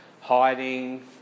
hiding